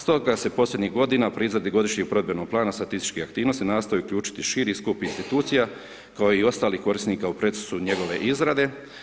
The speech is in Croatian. Stoga se posljednjih godina u provedbi… [[Govornik se ne razumije]] godišnjeg provedbenog plana statističkih aktivnost nastoji uključiti širi skup institucija, kao i ostalih korisnika u procesu njegove izrade.